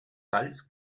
talls